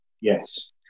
Yes